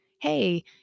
Hey